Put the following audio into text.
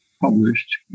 published